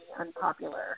unpopular